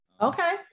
Okay